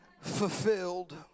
fulfilled